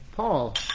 Paul